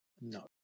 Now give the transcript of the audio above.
No